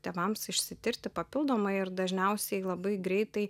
tėvams išsitirti papildomai ir dažniausiai labai greitai